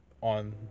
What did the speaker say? on